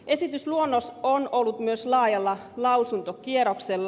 esitysluonnos on ollut myös laajalla lausuntokierroksella